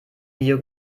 video